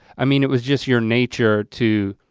i mean it was just your nature to